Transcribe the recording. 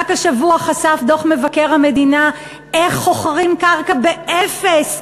רק השבוע חשף דוח מבקר המדינה איך חוכרים קרקע באפס,